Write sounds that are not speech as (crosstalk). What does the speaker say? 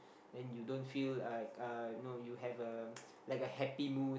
when you don't feel like uh you know you have (noise) like a happy mood